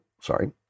sorry